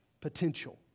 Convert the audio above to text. potential